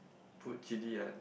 put chilli and